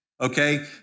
Okay